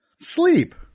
Sleep